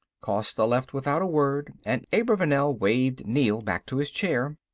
costa left without a word and abravanel waved neel back to his chair.